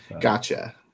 Gotcha